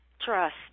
trust